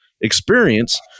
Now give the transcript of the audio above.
experience